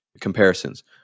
comparisons